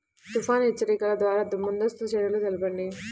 తుఫాను హెచ్చరికల ద్వార ముందస్తు చర్యలు తెలపండి?